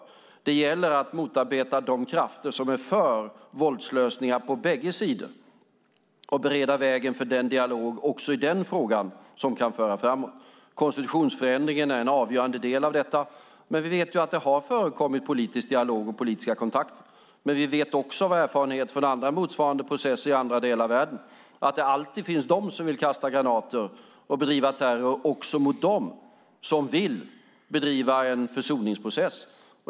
Det gäller att motarbeta de krafter som är för våldslösningar på bägge sidor och bereda vägen för den dialog som kan föra framåt också i denna fråga. Konstitutionsförändringen är en avgörande del av detta. Vi vet att det har förekommit politisk dialog och politiska kontakter. Men vi vet också av erfarenhet från motsvarande processer i andra delar av världen att det alltid finns de som vill kasta granater och bedriva terror också mot dem som vill bedriva en försoningsprocess.